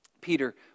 Peter